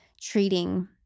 treating